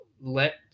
let